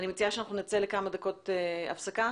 אני מציעה שנצא לכמה דקות הפסקה.